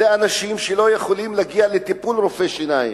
זה לאנשים שלא יכולים להגיע לטיפול רופא שיניים.